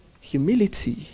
Humility